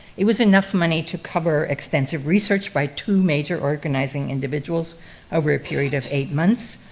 it was enough money to cover extensive research by two major organizing individuals over a period of eight months,